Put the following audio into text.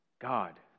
God